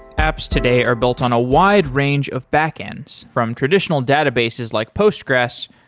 apps today are built on a wide range of backends from traditional databases like postgres,